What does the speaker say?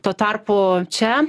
tuo tarpu čia